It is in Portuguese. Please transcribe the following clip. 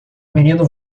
menino